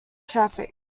traffic